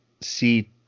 see